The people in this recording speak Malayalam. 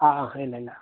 ആ ആ ഇല്ല ഇല്ല